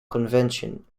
convention